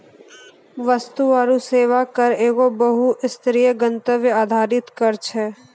वस्तु आरु सेवा कर एगो बहु स्तरीय, गंतव्य आधारित कर छै